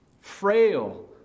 frail